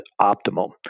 optimal